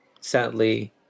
sadly